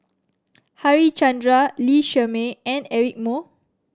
Harichandra Lee Shermay and Eric Moo